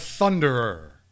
Thunderer